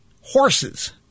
horses